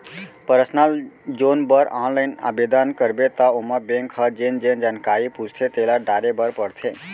personal loan बर online आबेदन करबे त ओमा बेंक ह जेन जेन जानकारी पूछथे तेला डारे बर परथे